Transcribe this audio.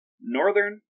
Northern